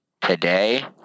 Today